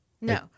No